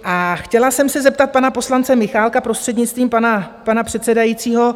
A chtěla jsem se zeptat pana poslance Michálka, prostřednictvím pana předsedajícího.